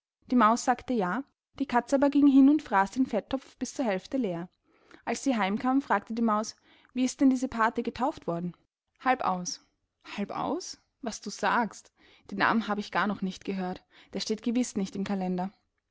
die maus sagte ja die katze aber ging hin und fraß den fetttopf bis zur hälfte leer als sie heim kam fragte die maus wie ist denn dieser pathe getauft worden halbaus halbaus was du sagst den namen hab ich gar noch nicht gehört der steht gewiß nicht im calender